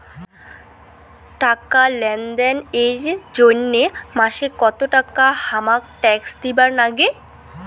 টাকা লেনদেন এর জইন্যে মাসে কত টাকা হামাক ট্যাক্স দিবার নাগে?